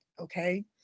okay